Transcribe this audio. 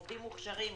עובדים מוכשרים,